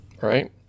Right